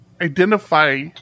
identify